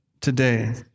today